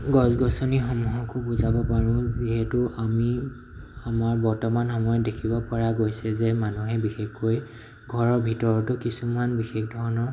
গছ গছনিসমূহকো বুজাব পাৰোঁ যিহেতু আমি আমাৰ বৰ্তমান সময়ত দেখিব পৰা গৈছে যে মানুহে বিশেষকৈ ঘৰৰ ভিতৰতো কিছুমান বিশেষ ধৰণৰ